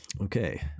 okay